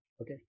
Okay